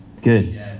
Good